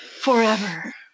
forever